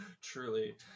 Truly